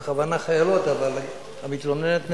אומר במיוחד חיילות, אבל המתלוננת נעלמה.